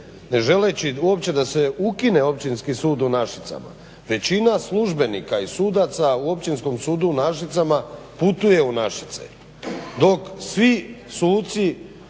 ne želeći uopće da se ukine Općinski sud u Našicama većina službenika i sudaca u Općinskom sudu u Našicama putuje u Našice dok svi suci